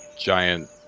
giant